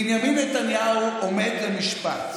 בנימין נתניהו עומד למשפט.